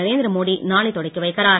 நரேந்திர மோடி நாளை தொடக்கிவைக்கிறார்